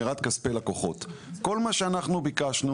כל מה שאנחנו ביקשנו